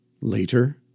Later